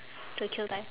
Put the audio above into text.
to kill time